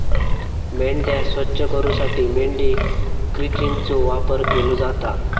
मेंढ्या स्वच्छ करूसाठी मेंढी क्रचिंगचो वापर केलो जाता